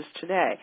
today